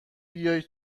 بیای